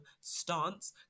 stance